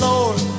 Lord